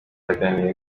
yaganiriye